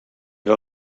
era